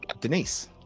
Denise